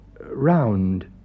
round